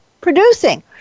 producing